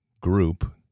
group